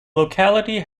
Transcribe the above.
locality